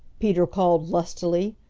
peter called lustily,